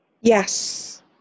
Yes